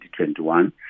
2021